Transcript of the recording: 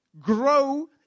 grow